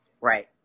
Right